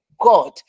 God